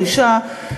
אישה,